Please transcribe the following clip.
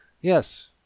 Yes